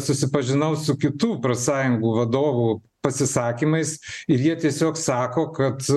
susipažinau su kitų profsąjungų vadovų pasisakymais ir jie tiesiog sako kad